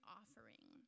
offering